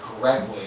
correctly